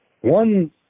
one